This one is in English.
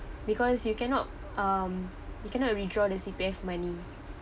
because you cannot um you cannot withdraw the C_P_F money